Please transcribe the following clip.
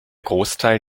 großteil